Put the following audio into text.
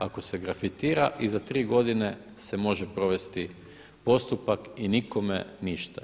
Ako se grafitira i za tri godine se može provesti postupak i nikome ništa.